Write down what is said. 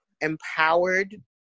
empowered